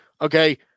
okay